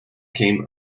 came